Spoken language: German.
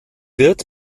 wird